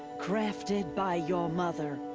crafted by your mother.